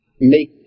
make